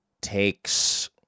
takes